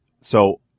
so-